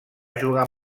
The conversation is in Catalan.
jugar